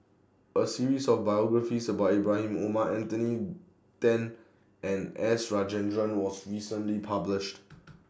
A series of biographies about Ibrahim Omar Anthony Then and S Rajendran was recently published